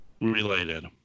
related